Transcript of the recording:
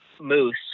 moose